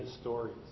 stories